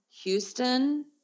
Houston